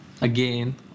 again